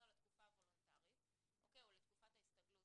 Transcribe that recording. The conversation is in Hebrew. על התקופה הוולונטרית או תקופת ההסתגלות